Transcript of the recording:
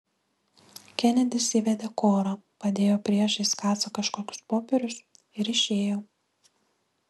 kenedis įvedė korą padėjo priešais kacą kažkokius popierius ir išėjo